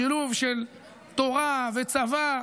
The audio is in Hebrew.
שילוב של תורה וצבא,